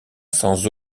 sans